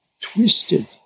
twisted